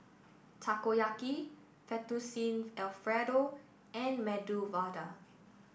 Takoyaki Fettuccine Alfredo and Medu Vada